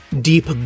deep